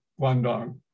Guangdong